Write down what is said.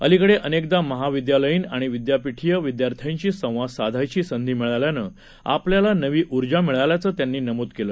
अलिकडे अनेकदा महाविदयालयीन आणि विदयापीठीय विदयार्थ्यांशी संवाद साधायची संधी मिळाल्यानं आपल्याला नवी उर्जा मिळाल्याचं त्यांनी नमूद केलं